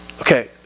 Okay